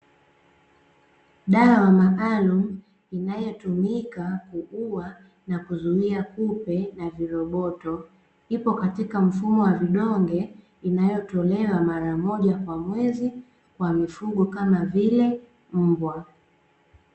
Dawa maalum inayotumika kuua na kuzuia kupe na viroboto, ipo katika mfumo wa vidonge, inayotolewa mara moja kwa mwezi kwa mifugo kama vile ,mbwa.